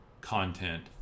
content